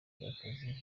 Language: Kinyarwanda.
y’akazi